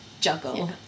juggle